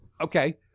Okay